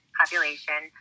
population